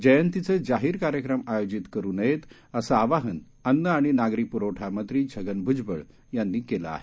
जयंतीचे जाहीर कार्यक्रम आयोजित करु नयेत असं आवाहन अन्न आणि नागरी पुरवठा मंत्री छगन भुजबळ यांनी केलं आहे